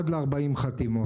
עד ל-40 חתימות.